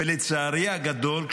ולצערי הגדול,